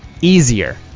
easier